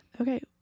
okay